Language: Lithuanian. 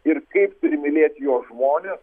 ir kaip turi mylėt jo žmone